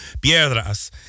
Piedras